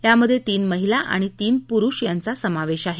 यामध्ये तीन महिला आणि तीन पुरुष समावेश आहे